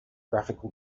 graphical